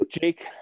Jake